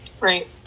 right